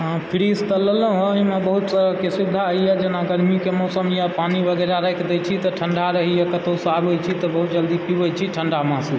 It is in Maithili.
हँ फ्रीज तऽ लेलहुॅं हँ ओहिमे बहुत तरहकेँ सुविधा यऽ जेना गर्मीकेँ मौसम यऽ पानि वगैरह राखि दै छी तऽ ठण्डा रहैया कतौ सँ आबै छी बहुत जल्दी पिबै छी ठण्डा महसुस होइया